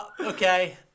Okay